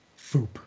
Foop